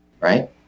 right